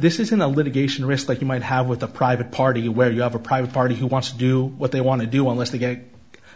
this isn't a litigation risk like you might have with a private party where you have a private party who wants to do what they want to do unless they get